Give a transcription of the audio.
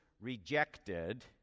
rejected